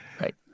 right